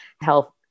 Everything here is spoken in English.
health